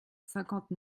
cinquante